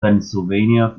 pennsylvania